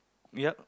yup